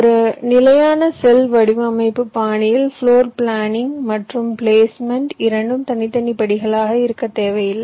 ஒரு நிலையான செல் வடிவமைப்பு பாணியில் ப்ளோர் பிளானிங் மற்றும் பிளேஸ்மென்ட் இரண்டும் தனித்தனி படிகளாக இருக்க தேவையில்லை